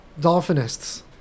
Dolphinists